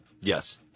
Yes